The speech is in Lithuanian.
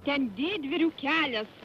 ten didvyrių kelias